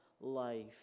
life